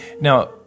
Now